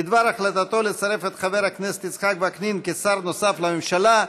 בדבר החלטתה לצרף את חבר הכנסת יצחק וקנין כשר נוסף לממשלה,